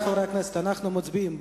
חברי חברי הכנסת, אנחנו מצביעים.